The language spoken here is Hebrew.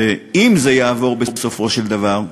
ואם זה יעבור, בסופו של דבר,